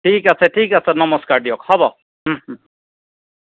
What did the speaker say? ঠিক আছে ঠিক আছে নমস্কাৰ দিয়ক হ'ব